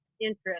interest